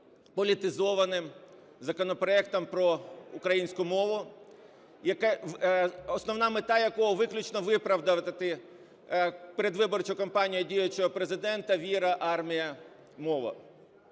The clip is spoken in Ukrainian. політизованим законопроектом про українську мову, основна мета якого – виключно виправдати передвиборчу кампанію діючого Президента "Віра. Армія. Мова."